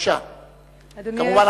כמובן,